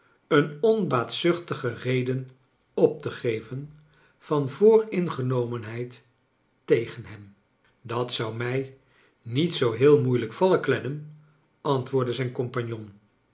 een onbaatzuchtige reden op te geven van vooringenomenheid tegen hem dat zou mij niet zoo heel moeilijk vallen clennam antwoordde zijn compagnon